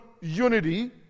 unity